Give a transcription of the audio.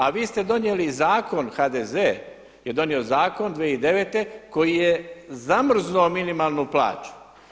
A vi ste donijeli zakoni, HDZ je donio zakon 2009. koji je zamrznuo minimalnu plaću.